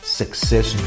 success